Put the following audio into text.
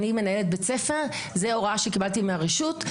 אני מנהלת בית ספר וזאת ההוראה שקיבלתי מהרשות.